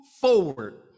forward